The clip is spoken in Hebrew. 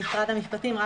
משרד המשפטים.